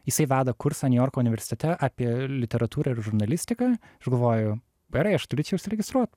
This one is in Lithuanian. jisai veda kursą niujorko universitete apie literatūrą ir žurnalistiką aš galvoju gerai aš turiu čia užsiregistruot